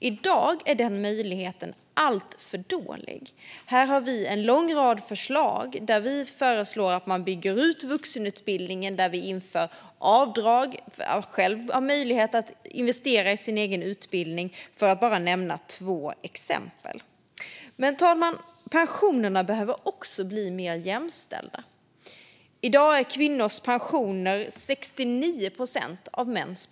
I dag är den möjligheten alltför dålig. Här har vi en lång rad förslag. Vi föreslår att man bygger ut vuxenutbildningen och inför avdrag för möjlighet att själv investera i sin egen utbildning, för att bara nämna två exempel. Men, fru talman, pensionerna behöver också bli mer jämställda. I dag är kvinnors pensioner 69 procent av mäns.